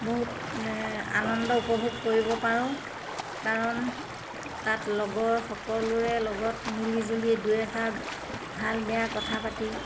বহুত আনন্দ উপভোগ কৰিব পাৰোঁ কাৰণ তাত লগৰ সকলোৰে লগত মিলিজুলি দুই এষাৰ ভাল বেয়া কথা পাতি